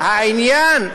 העניין,